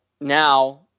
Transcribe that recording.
now